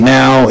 now